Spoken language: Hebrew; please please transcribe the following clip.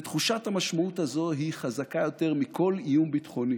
ותחושת המשמעות הזאת היא חזקה יותר מכל איום ביטחוני,